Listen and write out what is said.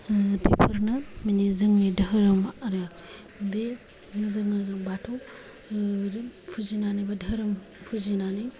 बेफोरनो मानि जोंनि धोरोम आरो बे नोजोरजोंनो बाथौ फुजिनानैबो धोरोम फुजिनानै